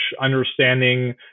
understanding